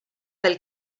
del